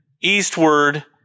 eastward